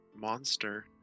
monster